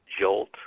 jolt